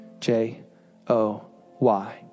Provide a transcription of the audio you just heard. J-O-Y